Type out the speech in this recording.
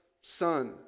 son